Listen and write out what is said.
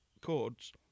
chords